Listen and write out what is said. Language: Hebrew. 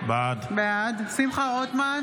בעד שמחה רוטמן,